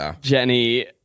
Jenny